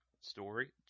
Story